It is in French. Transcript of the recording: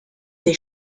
des